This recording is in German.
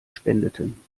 spendeten